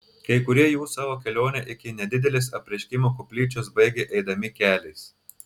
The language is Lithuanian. kai kurie jų savo kelionę iki nedidelės apreiškimo koplyčios baigė eidami keliais